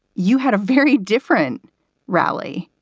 you had a very different rally.